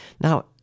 Now